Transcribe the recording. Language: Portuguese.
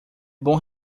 bom